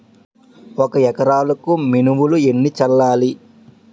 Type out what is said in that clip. ఒక ఎకరాలకు మినువులు ఎన్ని చల్లాలి?